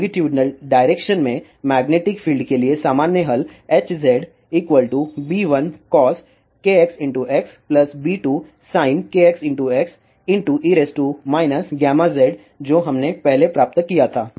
longitudinal direction में magnetic field के लिए सामान्य हल HzB1cos kxx B2sin kxx e γzजो हमने पहले प्राप्त किया था